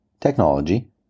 technology